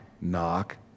knock